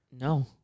No